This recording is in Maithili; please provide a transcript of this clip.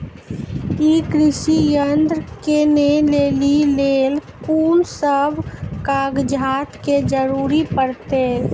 ई कृषि यंत्र किनै लेली लेल कून सब कागजात के जरूरी परतै?